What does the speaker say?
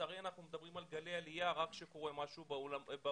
לצערי אנחנו מדברים על גלי עלייה רק כשקורה משהו בעולם,